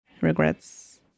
regrets